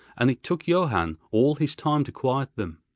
and it took johann all his time to quiet them.